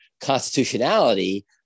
constitutionality